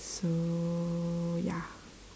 so ya